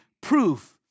proof